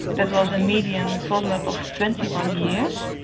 there was a median follow-up of twenty one years,